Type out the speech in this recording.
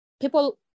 people